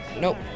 nope